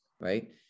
Right